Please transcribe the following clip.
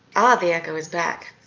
ah the echo is back.